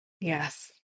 Yes